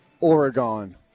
Oregon